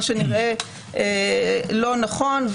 מה שנראה לא נכון,